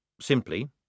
simply